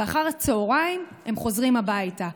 ואחר הצוהריים הם חוזרים הביתה.